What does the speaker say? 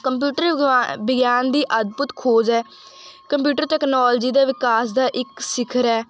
computer ਵਗਾ ਵਿਗਿਆਨ ਦੀ ਅਦਭੁੱਤ ਖੋਜ ਹੈ ਕੰਪਿਊਟਰ ਟੈਕਨੋਲਜੀ ਦੇ ਵਿਕਾਸ ਦਾ ਇੱਕ ਸਿਖਰ ਹੈ